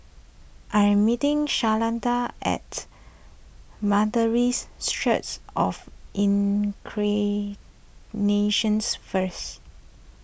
I am meeting Shalonda at Methodist Church of first